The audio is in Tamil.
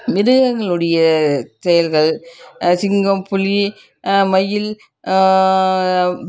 மிருகங்களுடைய செயல்கள் சிங்கம் புலி மயில்